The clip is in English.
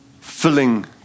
filling